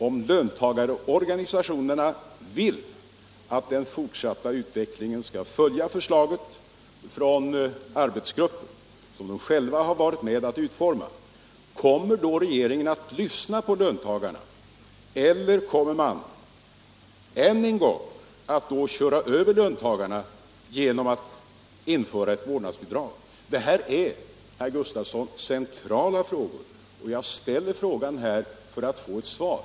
Om löntagarorganisationerna vill att den fortsatta utvecklingen skall följa förslaget från arbetsgruppen, som de själva varit med om att utforma, kommer då regeringen att lyssna på löntagarna eller kommer man än en gång att köra över löntagarna genom att införa ett vårdnadsbidrag? Detta är, herr Gustavsson, centrala frågor, och jag ställer dem här för att få ett svar.